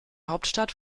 hauptstadt